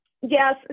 Yes